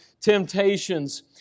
temptations